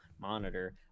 monitor